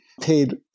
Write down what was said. paid